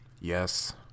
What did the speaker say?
Yes